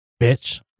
bitch